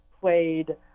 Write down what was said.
played